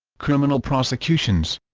criminal prosecutions